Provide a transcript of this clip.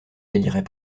délirait